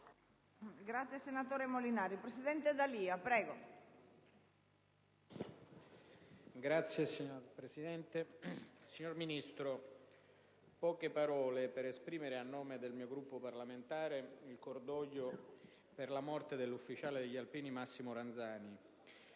Signora Presidente, signor Ministro, poche parole per esprimere a nome del mio Gruppo parlamentare il cordoglio per la morte dell'ufficiale degli alpini Massimo Ranzani;